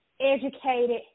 educated